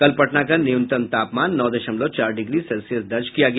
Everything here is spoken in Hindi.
कल पटना का न्यूनतम तापमान नौ दशमलव चार डिग्री सेल्सियस दर्ज किया गया